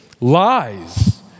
lies